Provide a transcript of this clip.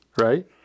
right